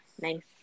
nice